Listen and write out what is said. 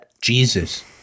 Jesus